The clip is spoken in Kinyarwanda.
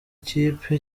kipe